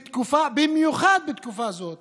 במיוחד בתקופה זאת